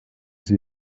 sie